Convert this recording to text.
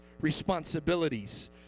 responsibilities